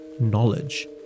knowledge